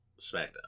SmackDown